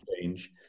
change